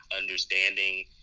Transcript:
understanding